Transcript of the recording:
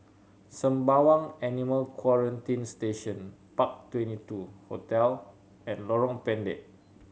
Sembawang Animal Quarantine Station Park Twenty two Hotel and Lorong Pendek